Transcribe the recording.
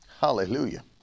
Hallelujah